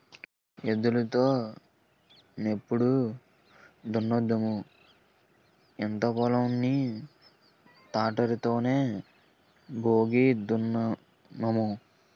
ఎద్దులు తో నెప్పుడు దున్నుదుము ఇంత పొలం ని తాటరి తోనే బేగి దున్నేన్నాము